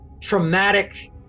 traumatic